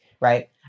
Right